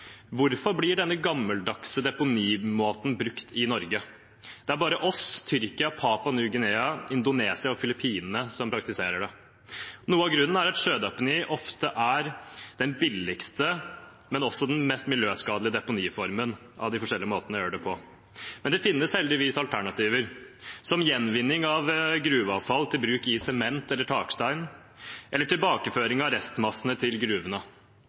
Hvorfor blir denne gammeldagse deponimåten brukt i Norge? Det er bare vi, Tyrkia, Papua Ny-Guinea, Indonesia og Filippinene som praktiserer det. Noe av grunnen er at sjødeponi ofte er den billigste – men også den mest miljøskadelige – deponiformen av de forskjellige måtene å gjøre det på. Men det finnes heldigvis alternativer, som gjenvinning av gruveavfall til bruk i sement eller i takstein eller tilbakeføring av restmassene til gruvene.